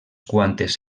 quantes